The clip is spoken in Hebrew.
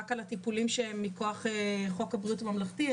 רק על הטיפולים שהם מכוח חוק הבריאות הממלכתי,